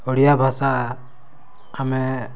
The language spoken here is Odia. ଓଡ଼ିଆ ଭାଷା ଆମେ